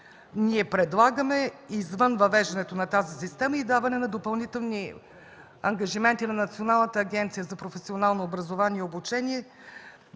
ние предлагаме извън въвеждането на тази система и даване на допълнителни ангажименти на Националната агенция за професионално образование и обучение,